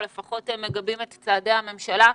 או לפחות מגבים את צעדי הממשלה,